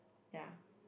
ya